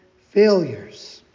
failures